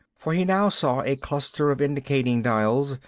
for he now saw a cluster of indicating dials,